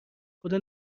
خدا